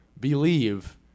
believe